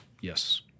Yes